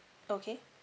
okay